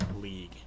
League